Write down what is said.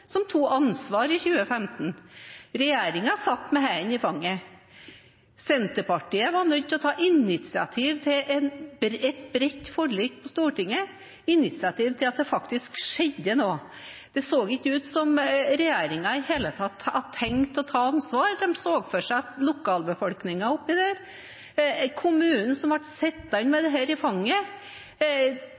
som tok ansvar i 2015. Regjeringen satt med hendene i fanget. Senterpartiet var nødt til å ta initiativ til et bredt forlik på Stortinget, et initiativ til at det faktisk skjedde noe. Det så ikke ut som om regjeringen i det hele tatt hadde tenkt å ta ansvar – de så for seg at lokalbefolkningen der oppe og kommunen som ble sittende med dette i fanget, skulle ta ansvaret, og så skulle vi her i